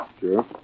Sure